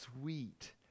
sweet